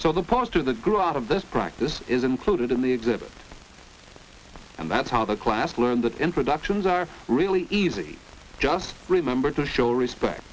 so the part of the grew out of this practice is included in the exhibits and that's how the class learned that introductions are really easy just remember to show respect